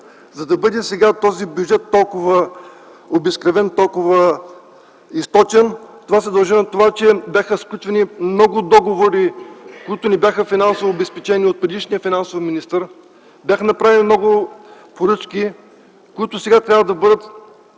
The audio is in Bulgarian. За да бъде този бюджет сега толкова обезкръвен, толкова източен, се дължи на това, че бяха сключвани много договори, които не бяха финансово обезпечени от предишния финансов министър. Бяха направени много поръчки, които трябва да бъдат